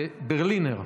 זה ברלינר.